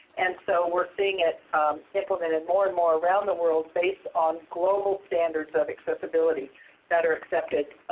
and so we're seeing it implemented more and more around the world based on global standards of accessibility that are accepted